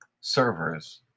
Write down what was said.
servers